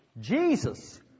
Jesus